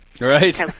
Right